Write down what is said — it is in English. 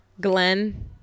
Glenn